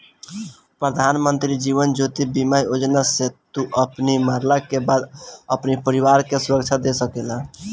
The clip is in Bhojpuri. प्रधानमंत्री जीवन ज्योति बीमा योजना से तू अपनी मरला के बाद अपनी परिवार के सुरक्षा दे सकेला